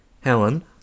Helen